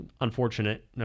unfortunate